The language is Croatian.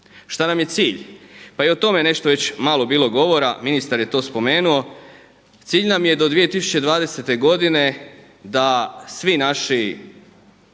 Šta nam je cilj? Pa i o tome je nešto već malo bilo govora, ministar je to spomenuo, cilj nam je do 2020. godine da svi naši